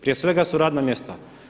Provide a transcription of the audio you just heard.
Prije svega su radna mjesta.